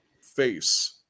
face